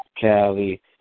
Cali